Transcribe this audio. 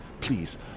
Please